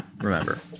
remember